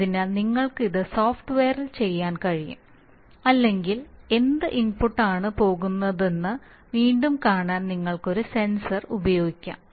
അതിനാൽ നിങ്ങൾക്ക് ഇത് സോഫ്റ്റ്വെയറിൽ ചെയ്യാൻ കഴിയും അല്ലെങ്കിൽ എന്ത് ഇൻപുട്ട് ആണ് പോകുന്നതെന്ന് വീണ്ടും കാണാൻ നിങ്ങൾക്ക് ഒരു സെൻസർ ഉപയോഗിക്കാം